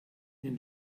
den